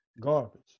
Garbage